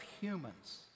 humans